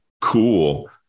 cool